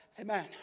Amen